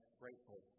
grateful